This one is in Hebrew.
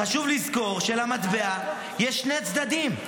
חשוב לזכור שלמטבע יש שני צדדים.